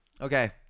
Okay